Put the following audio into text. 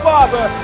Father